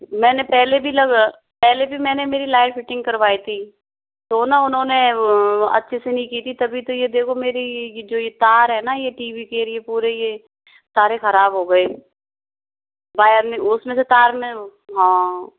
मैंने पहले भी लग पहले भी मैंने मेरी लाइट फिटिंग करवाई थी तो ना उन्होंने अच्छे से नहीं की थी तब ही तो ये देखो मेरी ये जो ये तार है ना ये टी वी की ये पूरे ये तारें ख़राब हो गए वायर में उसमे से तार में हाँ